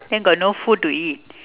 then got no food to eat